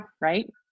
Right